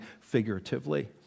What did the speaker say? figuratively